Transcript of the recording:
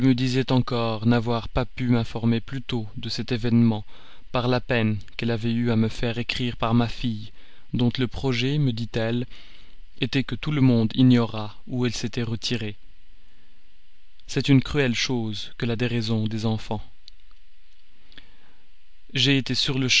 disait encore n'avoir pas pu m'informer plus tôt de cet événement par la peine qu'elle avait eue à me faire écrire par ma fille dont le projet me dit-elle était que tout le monde ignorât où elle s'était retirée c'est une cruelle chose que la déraison des enfants j'ai été sur-le-champ